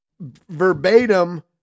verbatim